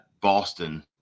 Boston